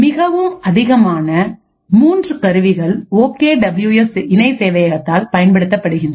மிகவும் அதிகமாக மூன்று கருவிகள் ஓகே டபுள் யு எஸ் இணைய சேவையகத்தால் பயன்படுத்தப்படுகின்றது